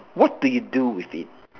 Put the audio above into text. what do you do with it